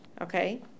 Okay